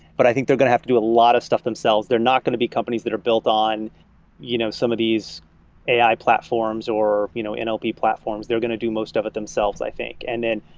but i think they're going to have to do a lot of stuff themselves. they're not going to be companies that are built on you know some of these a i. platforms or you know and nlp platforms. they're going to do most of it themselves, i think. and then,